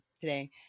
today